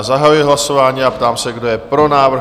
Zahajuji hlasování a ptám se, kdo je pro návrh?